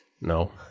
No